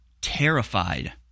terrified